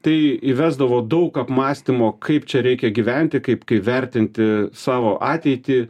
tai įvesdavo daug apmąstymo kaip čia reikia gyventi kaip kaip vertinti savo ateitį